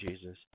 Jesus